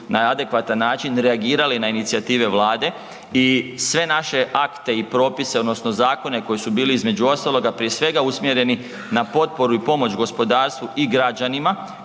na adekvatan način reagirali na inicijative Vlade i sve naše akte i propise, odnosno zakone koji su bili, između ostaloga, prije svega, usmjereni na potporu i pomoć gospodarstvu i građanima,